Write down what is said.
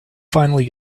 finally